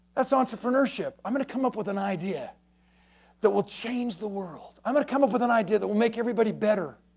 that's all entrepreneurship. i'm going to come up with an idea that will change the world. i'm going to come up with an idea that will make everybody better.